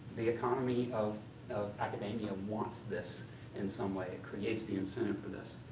the economy of academia wants this in some way. it creates the incentive for this.